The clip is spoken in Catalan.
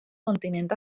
continent